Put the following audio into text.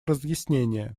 разъяснения